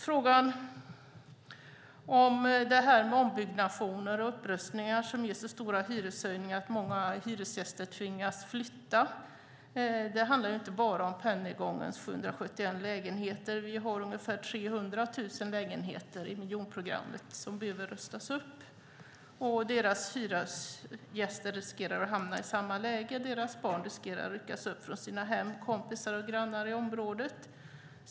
Frågan om ombyggnationer och upprustningar som ger så stora hyreshöjningar att många hyresgäster tvingas flytta handlar inte bara om Pennygångens 771 lägenheter. Det finns ungefär 300 000 lägenheter i miljonprogrammet som behöver rustas upp. De hyresgästerna riskerar att hamna i samma läge, och de barnen riskerar att ryckas upp från sina hem, kompisar och grannar i området.